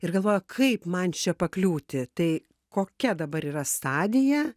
ir galvoja kaip man čia pakliūti tai kokia dabar yra stadija